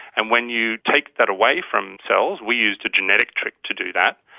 and when you take that away from cells, we used a genetic trick to do that,